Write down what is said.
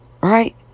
right